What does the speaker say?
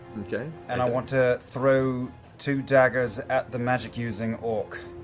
and i want to throw two daggers at the magic-using orc.